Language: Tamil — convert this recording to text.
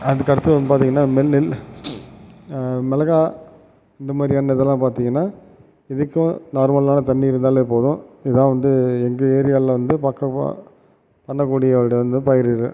அதுக்கடுத்து வந்து பார்த்திங்கனா நெல் மெளகாய் இந்த மாதிரியான இதெல்லாம் பார்த்திங்கனா இதுக்கும் நார்மலான தண்ணி இருந்தாலே போதும் இதுதான் வந்து எங்கள் ஏரியாவில் வந்து பக்கமாக பண்ணக்கூடிய வந்து பயிர்கள்